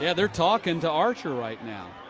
yeah they're talking to archer right now.